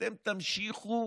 אתם תמשיכו